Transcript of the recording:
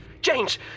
James